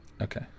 Okay